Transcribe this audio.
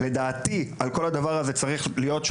שהמשטרה תיקח על זה אחריות,